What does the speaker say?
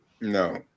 No